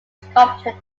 sculpted